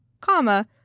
comma